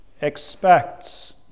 expects